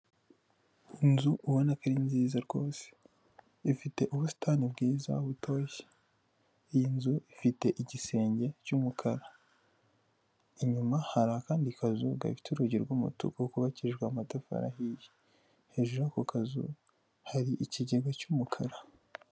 Inzu ubona ko ari nziza rwose ifite ubusitani bwiza butoshye, iyi nzu ifite igisenge cyumukara. Inyuma hari akandi kazu gafite urugi rw'umutuku kubabakijwe amatafari ahiye hejuru yako kazu hari ikigega cy'umukara.